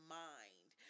mind